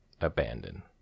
Abandon